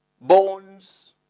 bones